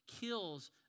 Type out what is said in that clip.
kills